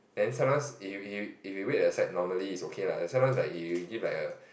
then sometimes if you if you if you wait outside normally is okay lah then sometimes he will give like a